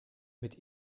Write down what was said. mit